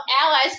allies